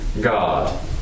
God